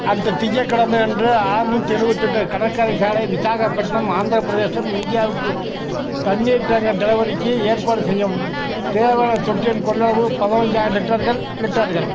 அடுத்த திங்கட்கிழமை அன்று அறுநூத்தி எழுவத்தெட்டு கடற்கரை சாலை விசாகப்பட்டினம் ஆந்திரப் பிரதேசம் இந்தியாவுக்கு தண்ணீர் டேங்கர் டெலிவரிக்கு ஏற்பாடு செய்யவும் தேவையான தொட்டியின் கொள்ளளவு பதினஞ்சாயரம் லிட்டர்கள் லிட்டர்கள்